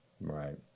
Right